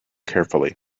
carefully